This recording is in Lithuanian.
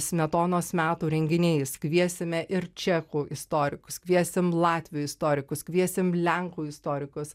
smetonos metų renginiais kviesime ir čekų istorikus kviesim latvių istorikus kviesim lenkų istorikus